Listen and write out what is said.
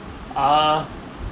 uh